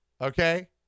Okay